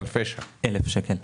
לא 77 מיליון שקלים.